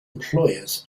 employers